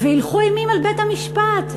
והילכו אימים על בית-המשפט,